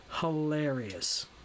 hilarious